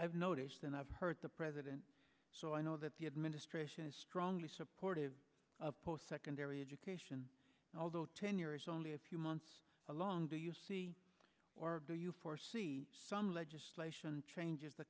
i've noticed and i've heard the president so i know that the administration is strongly supportive of post secondary education although tenure is only a few months along do you see or do you foresee some legislation changes the